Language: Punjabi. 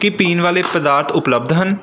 ਕੀ ਪੀਣ ਵਾਲੇ ਪਦਾਰਥ ਉਪਲੱਬਧ ਹਨ